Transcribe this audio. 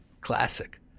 Classic